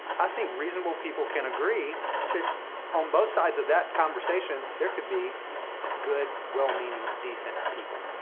i think reasonable people can agree that on both sides of that conversation, there could be good, well-meaning, decent people.